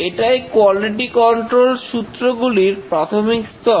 এটাই quality control সূত্রগুলির প্রাথমিক স্তর